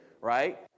right